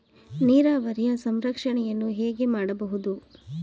ನೀರಾವರಿಯ ಸಂರಕ್ಷಣೆಯನ್ನು ಹೇಗೆ ಮಾಡಬಹುದು?